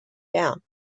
down